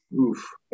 Oof